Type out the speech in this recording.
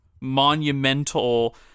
monumental